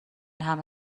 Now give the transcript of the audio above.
همه